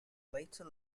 later